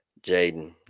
Jaden